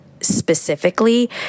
specifically